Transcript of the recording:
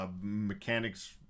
mechanic's